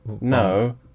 No